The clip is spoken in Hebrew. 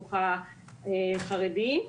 בחינוך החרדי.